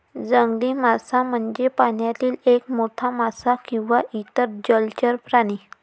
जंगली मासा म्हणजे पाण्यातील एक मोठा मासा किंवा इतर जलचर प्राणी